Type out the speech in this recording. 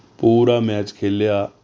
ਪੂਰਾ ਮੈਚ ਖੇਲਿਆ